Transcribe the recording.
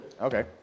Okay